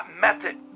method